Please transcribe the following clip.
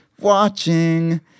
watching